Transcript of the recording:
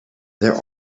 there